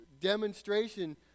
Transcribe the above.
demonstration